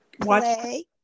play